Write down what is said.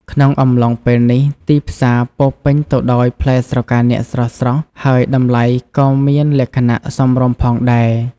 ក្នុងអំឡុងពេលនេះ ទីផ្សារពោរពេញទៅដោយផ្លែស្រកានាគស្រស់ៗ ហើយតម្លៃក៏មានលក្ខណៈសមរម្យផងដែរ។